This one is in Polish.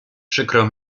przykro